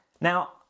Now